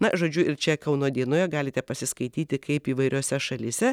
na žodžiu ir čia kauno dienoje galite pasiskaityti kaip įvairiose šalyse